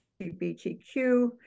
LGBTQ